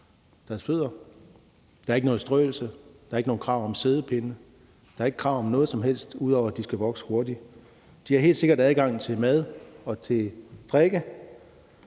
deres fødder. Der er ikke noget strøelse, og der er ikke nogen krav om siddepinde. Der er ikke krav om noget som helst, ud over at de skal vokse hurtigt. De har helt sikkert adgang til mad og til drikke.